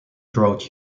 drought